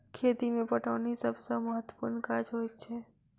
खेती मे पटौनी सभ सॅ महत्त्वपूर्ण काज होइत छै